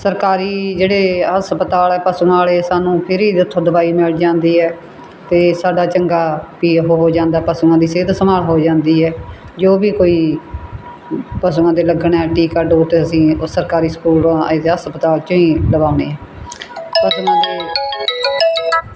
ਸਰਕਾਰੀ ਜਿਹੜੇ ਹਸਪਤਾਲ ਪਸ਼ੂਆਂ ਵਾਲੇ ਸਾਨੂੰ ਫਰੀ ਦੀ ਉੱਥੋਂ ਦਵਾਈ ਮਿਲ ਜਾਂਦੀ ਹੈ ਅਤੇ ਸਾਡਾ ਚੰਗਾ ਪੀ ਉਹ ਹੋ ਜਾਂਦਾ ਪਸ਼ੂਆਂ ਦੀ ਸਿਹਤ ਸੰਭਾਲ ਹੋ ਜਾਂਦੀ ਹੈ ਜੋ ਵੀ ਕੋਈ ਪਸ਼ੂਆਂ ਦੇ ਲੱਗਣਾ ਟੀਕਾ ਡੋਟ ਅਸੀਂ ਉਹ ਸਰਕਾਰੀ ਸਕੂਲੋਂ ਹਸਪਤਾਲ 'ਚੋਂ ਹੀ ਲਗਵਾਉਂਦੇ ਹੈ ਪਸ਼ੂਆਂ ਦੇ